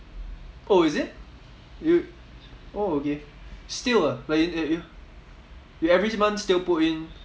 oh is it you oh okay still ah like you you you every month still put in